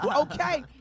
Okay